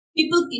People